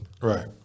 Right